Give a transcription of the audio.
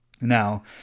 Now